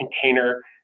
container